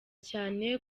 cyane